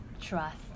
trust